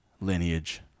lineage